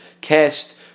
cast